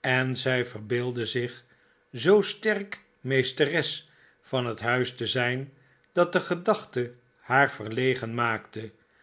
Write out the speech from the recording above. en zij verbeeldde zich zoo sterk meesteres van het huis te zijn dat de gedachte haar verlegen maakte